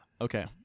Okay